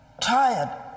tired